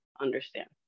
understand